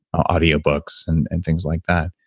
audio books and and things like that.